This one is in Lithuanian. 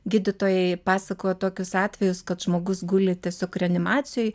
gydytojai pasakojo tokius atvejus kad žmogus guli tiesiog reanimacijoj